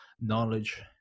knowledge